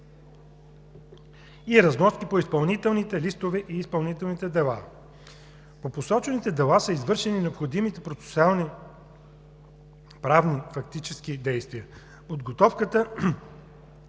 и разноски по изпълнителните листове и изпълнителните дела. По посочените дела са извършени необходимите процесуални правно-фактически действия. Подготвени